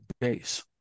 base